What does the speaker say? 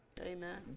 amen